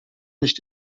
nicht